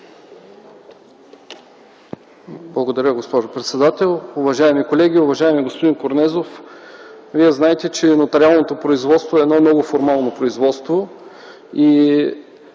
Благодаря, госпожо председател. Уважаеми колеги! Уважаеми господин Корнезов, Вие знаете, че нотариалното производство е едно много формално производство и